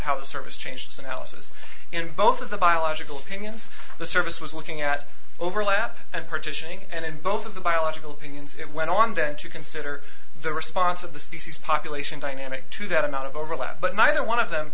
how service changed in alice's in both of the biological opinions the service was looking at overlap and partitioning and in both of the biological opinions it went on then to consider the response of the species population dynamic to that amount of overlap but neither one of them